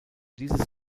dieses